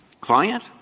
client